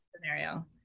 scenario